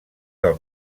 del